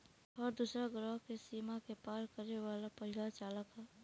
हर दूसरा ग्रह के सीमा के पार करे वाला पहिला चालक ह